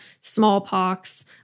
smallpox